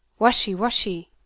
washy, washy,